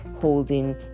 holding